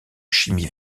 chimie